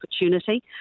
opportunity